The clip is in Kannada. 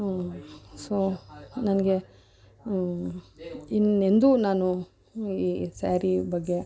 ಹ್ಞೂ ಸೊ ನನಗೆ ಇನ್ನೊಂದು ನಾನು ಈ ಸ್ಯಾರಿ ಬಗ್ಗೆ